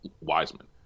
Wiseman